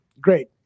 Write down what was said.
Great